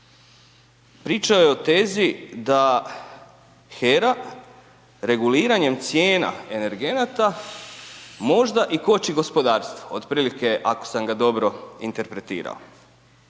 Pričao je o tezi da HERA reguliranjem cijena energenata možda i koči gospodarstvo otprilike ako sam ga dobro interpretirao.